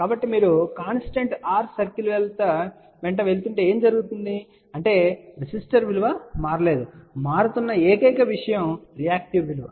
కాబట్టి మీరు constant r circle వెంట వెళుతుంటే ఏమి జరుగుతుంది అంటే రెసిస్టివ్ విలువ మారలేదు మారుతున్న ఏకైక విషయం రియాక్టివ్ విలువ